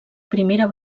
primera